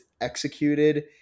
executed